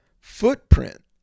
footprint